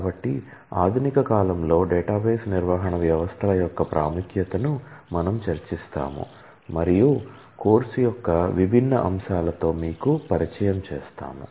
కాబట్టి ఆధునిక కాలంలో డేటాబేస్ నిర్వహణ వ్యవస్థల యొక్క ప్రాముఖ్యతను మనం చర్చిస్తాము మరియు కోర్సు యొక్క విభిన్న అంశాలతో మీకు పరిచయం చేస్తాము